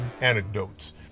anecdotes